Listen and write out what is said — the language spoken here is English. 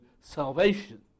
salvation